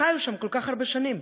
חיו שם כל כך הרבה שנים,